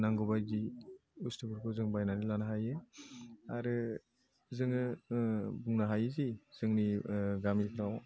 नांगौ बायदि बुस्थुफोरखौ जों बायनानै लानो हायो आरो जोङो बुंनो हायो जे जोंनि गामिफ्राव